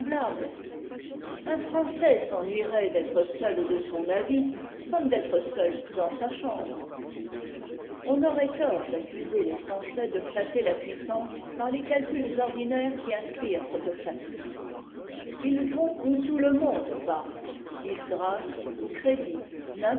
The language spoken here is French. un français s'ennuierait d'être seul de son avis comme d'être seul dans sa chambre on aurait tort d'accuser tes français de flatter la puissance par les calculs ordinaires qui inspirent cette flatterie ils vont où tout le monde va disgrâce ou crédit